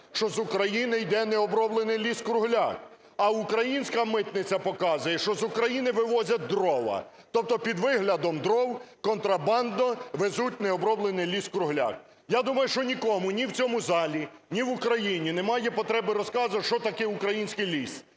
що з України йде необроблений ліс-кругляк, а українська митниця показує, що з України вивозять дрова. Тобто під виглядом дров контрабандно везуть необроблений ліс-кругляк. Я думаю, що нікому ні в цьому залі, ні в Україні немає потреби розказувати, що таке український ліс